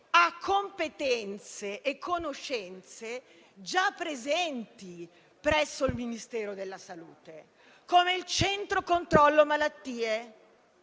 a competenze e conoscenze già presenti presso il Ministero della salute, come il Centro controllo malattie,